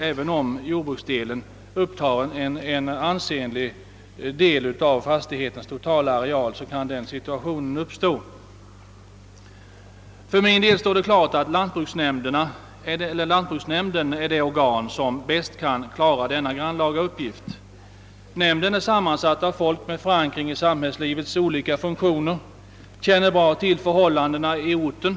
Även om jordbruksdelen upptar en ansenlig del av fastighetens totala areal kan den situationen uppstå. För mig står det klart att lantbruksnämnden är det organ som bäst kan klara denna grannlaga uppgift. Nämnden är sammansatt av personer med insikter i samhällslivets olika funktioner och med god kännedom om förhållandena på orten.